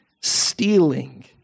stealing